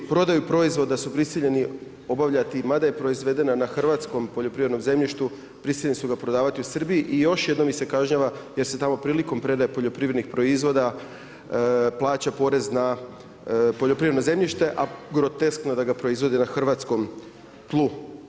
Prodaju proizvod, da su prisiljeni obavljati, ma da je proizvedena na hrvatskom poljoprivrednom zemljištu, prisiljeni su ga prodavati u Srbiji i još jednom ih se kažnjava, jer se tamo priliko predaje poljoprivrednih proizvoda, plaća porez na poljoprivredno zemljište, a … da ga proizvede na hrvatskom tlu.